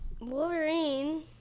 Wolverine